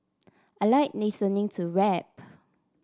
I like listening to rap